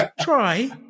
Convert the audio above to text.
try